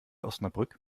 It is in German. osnabrück